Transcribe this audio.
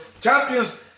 champions